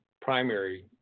primary